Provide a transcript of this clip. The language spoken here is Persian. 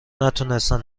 نتونستن